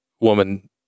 woman